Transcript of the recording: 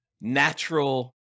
natural